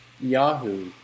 Yahoo